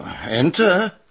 Enter